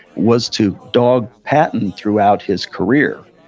was to dog patton throughout his career.